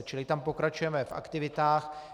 Čili tam pokračujeme v aktivitách.